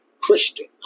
Christian